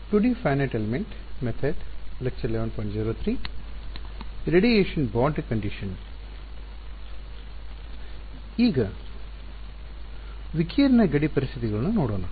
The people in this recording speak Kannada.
ನಾವು ಈಗ ವಿಕಿರಣ ಗಡಿ ಪರಿಸ್ಥಿತಿಗಳನ್ನು ನೋಡೋಣ